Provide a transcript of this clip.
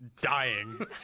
dying